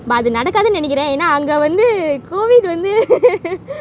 but அது நடக்காதுன்னு நெனக்கிறேன் ஏனா அங்க வந்து:athu nadakkathunnu nenakkiren ena anga vanthu C_O_V_I_D